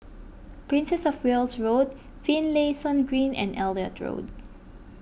Princess of Wales Road Finlayson Green and Elliot Road